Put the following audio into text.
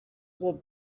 will